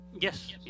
Yes